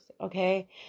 okay